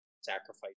sacrifice